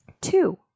Two